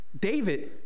David